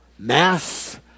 mass